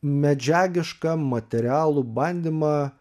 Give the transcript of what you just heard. medžiagišką materialų bandymą